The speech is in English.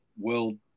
world